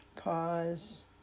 pause